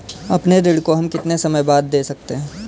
अपने ऋण को हम कितने समय बाद दे सकते हैं?